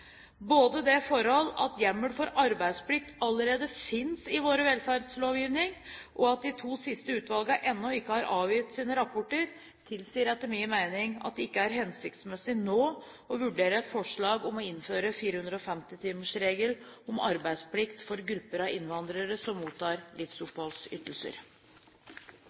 Både det forhold at hjemmel for arbeidsplikt allerede finnes i vår velferdslovgivning, og at de to siste utvalgene ennå ikke har avgitt sine rapporter, tilsier etter min mening at det ikke er hensiktsmessig nå å vurdere et forslag om å innføre en 450-timers regel om arbeidsplikt for grupper av innvandrere som mottar livsoppholdsytelser.